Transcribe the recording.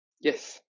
yes